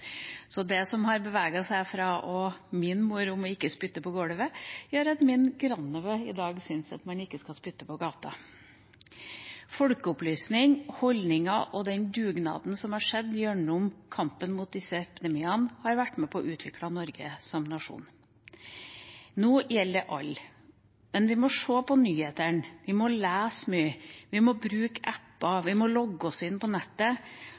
Det som har beveget seg fra min mormor om ikke å spytte på gulvet, gjør at min grandnevø synes at man ikke skal spytte på gata. Folkeopplysning, holdninger og dugnaden som har vært i kampen mot disse epidemiene, har vært med på å utvikle Norge som nasjon. Nå gjelder det alle. Vi må se på nyhetene, vi må lese mye, vi må bruke app-er, vi må logge oss inn på nettet,